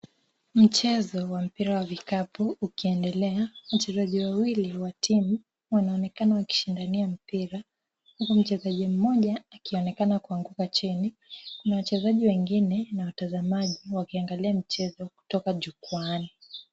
Mchezo wa mpira wa vikapu ukiendelea. Wachezaji wawili wa timu wanaonekana wakishindania mpira huku mchezaji mmoja akionekana kuanguka chini. Kuna wachezaji wengine na watazamaji wakiangalia mchezo kutoka jukwani.